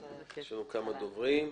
אתה היועץ המשפטי של קק"ל,